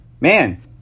man